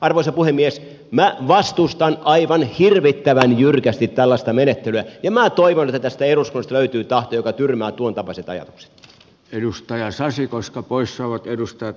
arvoisa puhemies minä vastustan aivan hirvittävän jyrkästi tällaista menettelyä ja minä toivon että tästä eduskunnasta löytyy tahtoa joka tyrmää tuontapaiset ajatukset edustaja saisi koska poissaolot edustajat